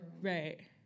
right